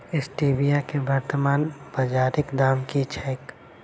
Stevia केँ वर्तमान बाजारीक दाम की छैक?